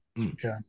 Okay